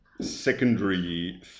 secondary